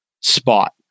spot